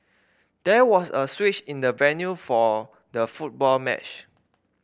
there was a switch in the venue for the football match